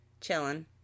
chilling